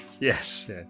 Yes